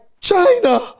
China